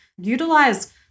utilize